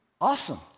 awesome